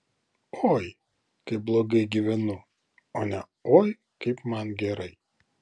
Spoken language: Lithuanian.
oi kaip blogai gyvenu o ne oi kaip man gerai